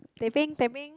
teh peng teh peng